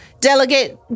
Delegate